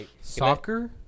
soccer